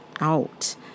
out